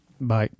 Bye